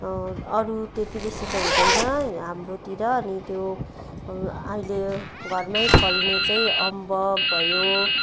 अरू त्यति बेसी त हुँदैन हाम्रोतिर अनि त्यो अहिले घरमै फल्ने चाहिँ अम्बक भयो